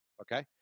okay